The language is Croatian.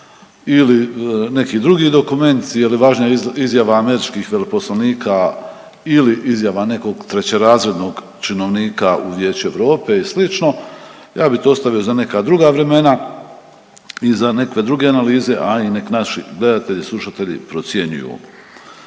ili neki drugi dokument, je li važnija izjava američkih veleposlanika ili izjava nekog trećerazrednog činovnika u Vijeću Europe i slično, ja bi to ostavio za neka druga vremena i za nekakve druge analize, a i nek naši gledatelji i slušatelji procjenjuju.